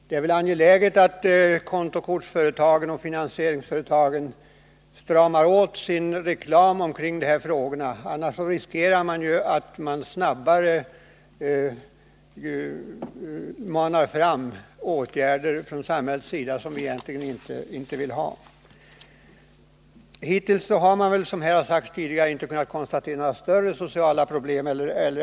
Det är angeläget att kontokortsoch finansieringsföretagen stramar åt sin reklam kring de här frågorna. Annars riskerar man att snabbare frammana åtgärder som man från samhällets sida egentligen inte vill vidta. Som det har sagts här tidigare har det hittills inte kunnat konstateras några större sociala problem.